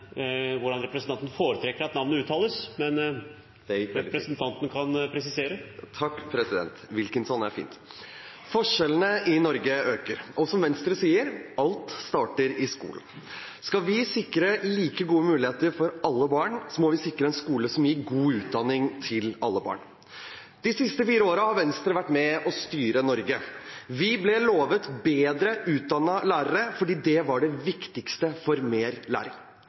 hvordan representanten foretrekker at navnet uttales, men representanten kan få presisere. Takk, president. Wilkinson er fint. Forskjellene i Norge øker. Og som Venstre sier: Alt starter i skolen. Skal vi sikre like gode muligheter for alle barn, må vi sikre en skole som gir god utdanning til alle barn. De siste fire årene har Venstre vært med og styrt Norge. Vi ble lovet bedre utdannede lærere, fordi det var det viktigste for mer læring.